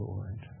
Lord